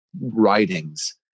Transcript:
writings